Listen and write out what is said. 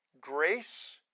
grace